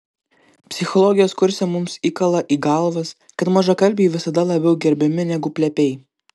psichologijos kurse mums įkala į galvas kad mažakalbiai visada labiau gerbiami negu plepiai